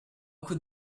could